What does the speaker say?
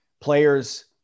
players